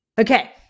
Okay